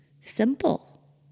simple